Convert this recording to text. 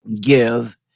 Give